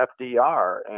FDR